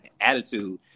attitude